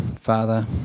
Father